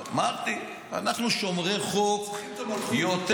אמרתי, אנחנו שומרי חוק יותר